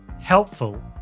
helpful